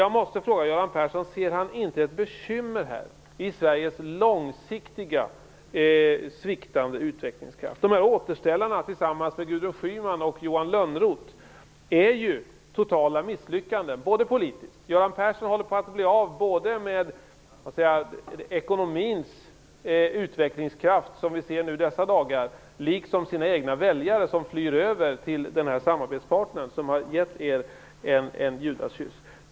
Jag måste fråga Göran Persson om han inte ser ett bekymmer i Sveriges långsiktigt sviktande utvecklingskraft. De återställare han genomför tillsammans med Gudrun Schyman och Johan Lönnroth är ju totala misslyckanden. Göran Persson håller på att bli av både med ekonomins utvecklingskraft, vilket vi ser tydligt i dessa dagar, och med sina egna väljare, som flyr över till hans samarbetspartner, som har gett honom en Judaskyss.